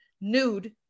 nude